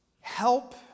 help